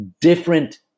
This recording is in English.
different